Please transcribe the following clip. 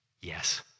yes